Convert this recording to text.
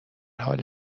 حال